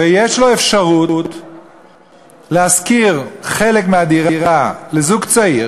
ויש לו אפשרות להשכיר חלק מהדירה לזוג צעיר